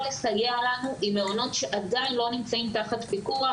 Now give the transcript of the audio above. לסייע לנו עם מעונות שעדיין לא נמצאים תחת פיקוח,